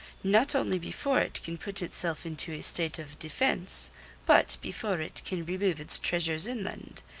not only before it can put itself into a state of defence but before it can remove its treasures inland.